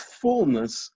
fullness